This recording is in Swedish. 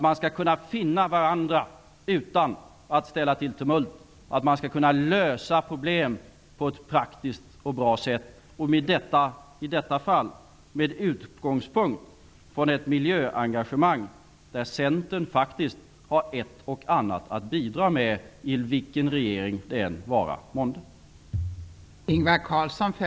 Man skall kunna finna varandra utan att ställa till tumult och lösa problem på ett praktiskt och bra sätt och i detta fall med utgångspunkt från ett miljöengagemang, där Centern faktiskt har ett och annat att bidra med i vilken regering det än vara månde.